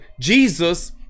Jesus